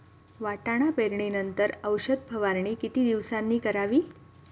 वाटाणा पेरणी नंतर औषध फवारणी किती दिवसांनी करावी?